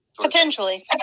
Potentially